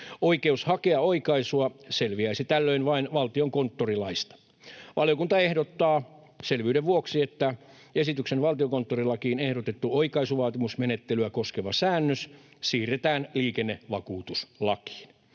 Oikeus hakea oikaisua selviäisi tällöin vain valtiokonttorilaista. Valiokunta ehdottaa selvyyden vuoksi, että esityksen valtiokonttorilakiin ehdotettu oikaisuvaatimusmenettelyä koskeva säännös siirretään liikennevakuutuslakiin.